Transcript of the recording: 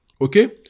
okay